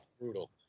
Brutal